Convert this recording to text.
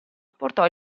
portò